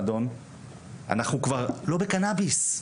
ואנחנו כבר לא בקנביס.